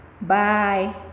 Bye